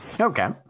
Okay